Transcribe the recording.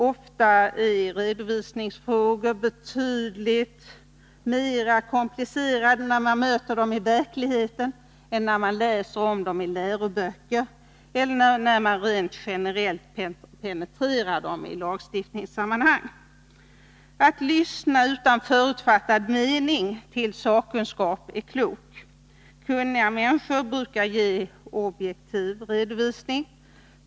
Ofta är redovisningsfrågor betydligt mera komplicerade när man möter dem i verkligheten än när man läser om dem i läroböcker eller rent generellt penetrerar dem i lagstiftningssammanhang. Att lyssna utan förutfattad mening till sakkunskap är klokt. Kunniga människor brukar ge en objektiv redovisning.